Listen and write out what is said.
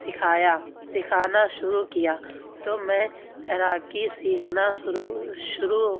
سکھایا سکھانا شروع کیا تو میں تیراکی سیکھنا سروع شروع